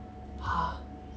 !huh!